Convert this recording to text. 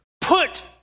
put